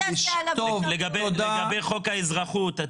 לגבי חוק האזרחות,